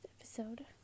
episode